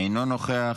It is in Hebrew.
אינו נוכח,